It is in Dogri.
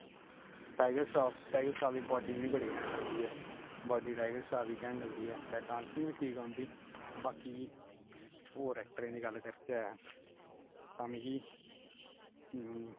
टाइगर श्राफ टाइगर श्राफ दी बाडी बड़ी कैंट ऐ लगदी ऐ बाडी टाइगर श्राफ दी कैंट लगदी ऐ ते डासिंग बी ठीक ऐ उं'दी बाकी होर ऐक्टरें दी गल्ल करचै ता मिगी हूं